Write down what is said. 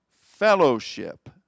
fellowship